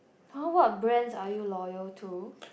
!huh! what brands are you loyal to